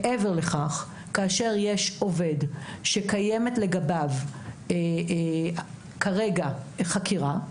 מעבר לכך, כאשר יש עובד שקיימת לגביו כרגע חקירה,